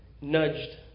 nudged